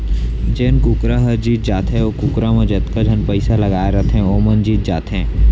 जेन कुकरा ह जीत जाथे ओ कुकरा म जतका झन पइसा लगाए रथें वो मन जीत जाथें